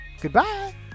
Goodbye